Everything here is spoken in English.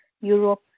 Europe